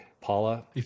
Paula